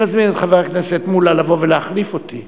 אני מזמין את חבר הכנסת מולה לבוא ולהחליף אותי